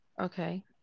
Okay